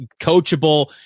coachable